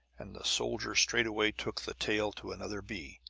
and the soldier straightway took the tale to another bee.